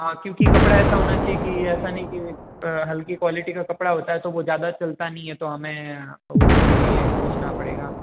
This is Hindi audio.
हाँ क्योंकि कपड़ा ऐसा होना चाहिए कि ऐसा नहीं कि हल्की क्वालिटी का कपड़ा होता है तो वो ज़्यादा चलता नहीं है तो हमें उसके लिए पूछना पड़ेगा